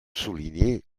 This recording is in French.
souligner